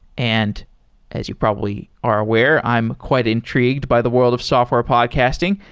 and as you probably are aware, i'm quite intrigued by the world of software podcasting.